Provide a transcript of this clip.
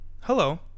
Hello